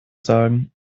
sagen